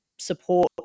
support